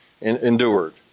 endured